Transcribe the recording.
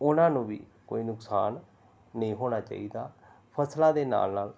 ਉਹਨਾਂ ਨੂੰ ਵੀ ਕੋਈ ਨੁਕਸਾਨ ਨਹੀਂ ਹੋਣਾ ਚਾਹੀਦਾ ਫਸਲਾਂ ਦੇ ਨਾਲ ਨਾਲ